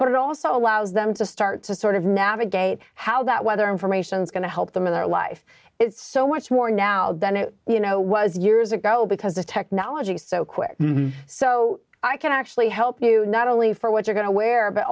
but it also allows them to start to sort of navigate how that weather information is going to help them in their life is so much more now than it you know was years ago because the technology is so quick so i can actually help you not only for what you're going to wear but